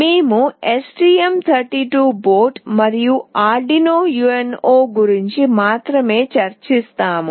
మేము STM board మరియు Arduino UNO గురించి మాత్రమే చర్చిస్తాము